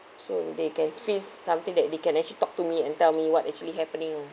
so they can feel something that they can actually talk to me and tell me what's actually happening oh